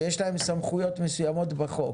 שיש להן סמכויות מסוימות בחוק,